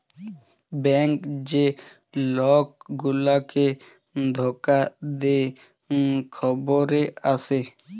bank যে লক গুলাকে ধকা দে খবরে আসে